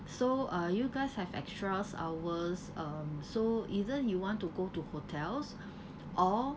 so uh you guys have extras hours um so either you want to go to hotels or